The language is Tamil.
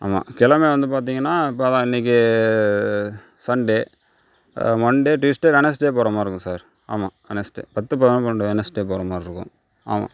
ஆமா கிழமை வந்து பார்த்திங்கனா இப்போ அதான் இன்னைக்கி சண்டே மண்டே டியூஸ்டே வெனஸ்டே போகிற மாரிருக்கும் சார் ஆமா வெனஸ்டே பத்து பதினொன்று பன்னொண்டு வெனஸ்டே போகிற மாரிருக்கும் ஆமா